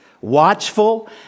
watchful